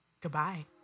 Goodbye